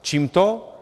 Čím to?